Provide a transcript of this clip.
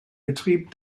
betrieb